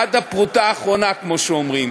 עד הפרוטה האחרונה, כמו שאומרים.